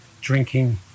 drinking